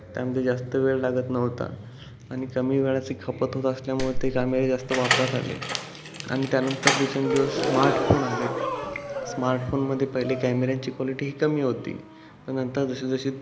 त्यामध्ये जास्त वेळ लागत नव्हता आणि कमी वेळाची खपत होत असल्यामुळे ते कॅमेरे जास्त वापरात आले आणि त्यानंतर दिवसेंदिवस स्मार्टफोन आले आहेत स्मार्टफोनमध्ये पहिले कॅमेऱ्यांची कॉलिटी ही कमी होती पण नंतर जशी जशी